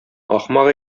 ахмак